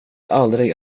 aldrig